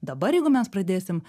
dabar jeigu mes pradėsim